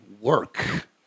work